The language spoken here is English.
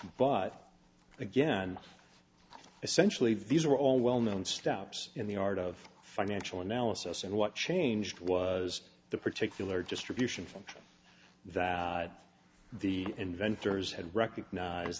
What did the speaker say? but again essentially these are all well known stops in the art of financial analysis and what changed was the particular just reducing function that the inventors had recognize